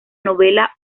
novela